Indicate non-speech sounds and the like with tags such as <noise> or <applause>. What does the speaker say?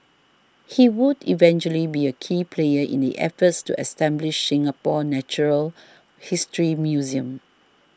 <noise> he would eventually be a key player in the efforts to establish Singapore's natural history museum